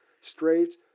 straight